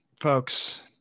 folks